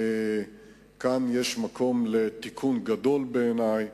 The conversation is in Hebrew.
כאן יש מקום לתיקון גדול, בעיני,